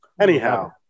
Anyhow